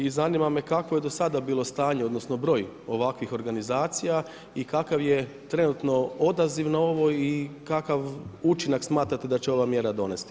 I zanima me kako je do sada bilo stanje odnosno, broj ovakvih organizacija i kakav je trenutno odaziv na ovo i kakav učinak smatrate da će ova mjera donesti.